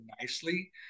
nicely